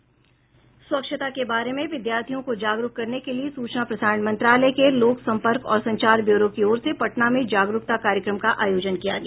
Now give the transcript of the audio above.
स्वच्छता के बारे में विद्यार्थियों को जागरुक करने लिए सूचना प्रसारण मंत्रालय के लोक संपर्क और संचार ब्यूरो की ओर से पटना में जारुकता कार्यक्रम का आयोजन किया गया